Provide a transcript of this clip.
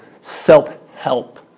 self-help